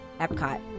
Epcot